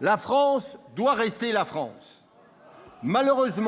La France doit rester la France. Merci